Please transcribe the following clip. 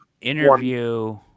interview